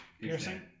Piercing